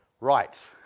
right